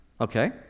Okay